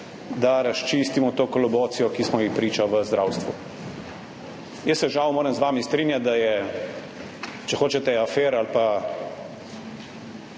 da razčistimo to kolobocijo, ki smo ji priča v zdravstvu. Jaz se žal moram strinjati z vami, da je, če hočete, afer ali pa